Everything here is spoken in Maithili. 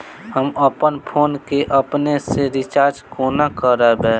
हम अप्पन फोन केँ अपने सँ रिचार्ज कोना करबै?